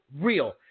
real